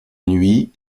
nuit